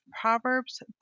Proverbs